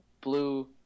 blue